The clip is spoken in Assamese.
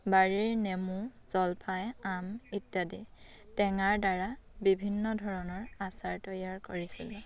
বাৰীৰ নেমু জলফাই আম ইত্যাদি টেঙাৰ দ্ৱাৰা বিভিন্ন ধৰণৰ আচাৰ তৈয়াৰ কৰিছিলোঁ